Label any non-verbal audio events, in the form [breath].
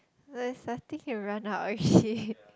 but is starting to run out already [breath]